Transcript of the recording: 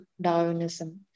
Darwinism